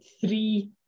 three